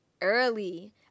early